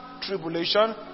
tribulation